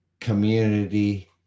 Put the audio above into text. community